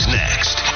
next